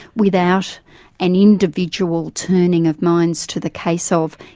without an individual turning of minds to the cases of,